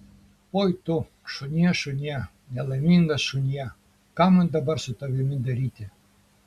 oi tu šunie šunie nelaimingas šunie ką man dabar su tavimi daryti